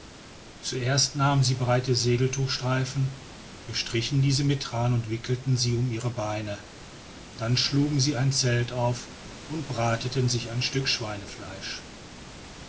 zuerst nahmen sie breite segeltuchstreifen bestrichen diese mit thran und wickelten sie um ihre beine dann schlugen sie ein zelt auf und brateten sich ein stück schweinefleisch